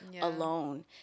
alone